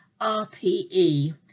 RPE